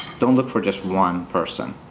don't look for just one person.